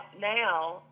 now